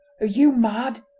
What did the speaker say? are you mad?